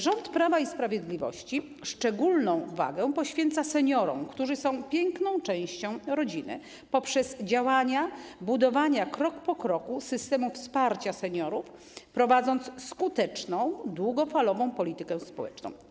Rząd Prawa i Sprawiedliwości szczególną uwagę poświęca seniorom, którzy są piękną częścią rodziny, poprzez działania dotyczące budowania krok po kroku systemu wsparcia seniorów, prowadząc skuteczną, długofalową politykę społeczną.